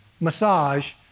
massage